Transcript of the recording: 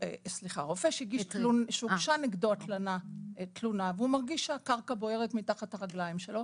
רופא שהוגשה נגדו תלונה והוא מרגיש שהקרקע בוערת מתחת לרגליים שלו,